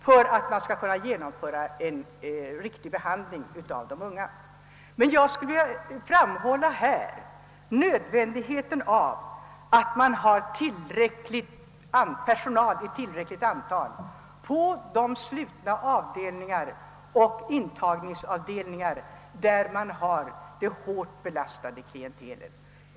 Jag skulle också vilja framhålla nödvändigheten av att man med tanke på de anställdas säkerhet har tillräckligt med personal på de slutna avdelningarna och på intagningsavdelningarna, där man har det hårt belastade klientelet.